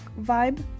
vibe